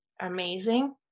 amazing